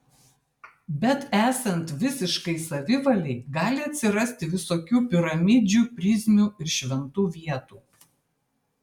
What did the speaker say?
bet esant visiškai savivalei gali atsirasti visokių piramidžių prizmių ir šventų vietų